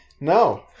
No